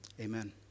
Amen